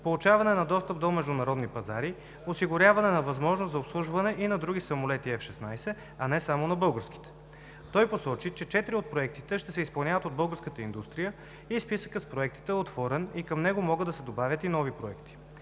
получаване на достъп до международни пазари; осигуряване на възможност за обслужване и на други самолети F-16, а не само българските. Той посочи, че четири от проектите ще се изпълняват от българската индустрия и списъкът с проектите е отворен и към него могат да се добавят нови проекти.